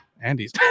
Andy's